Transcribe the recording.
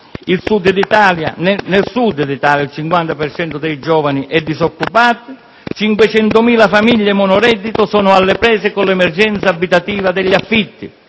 nel Sud d'Italia il 50 per cento dei giovani è disoccupato, 500.000 famiglie monoreddito sono alle prese con l'emergenza abitativa degli affitti,